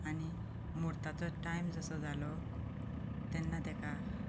आनी म्हुर्ताचो टायम जसो जालो तेन्ना ताका